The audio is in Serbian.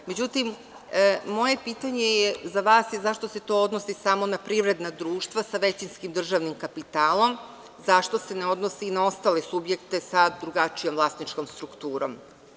Moje pitanje je za vas – zašto se to odnosi samo na privredna društva sa većinskim državnim kapitalom, zašto se ne odnosi i na ostale subjekte sa drugačijom vlasničkom strukturom?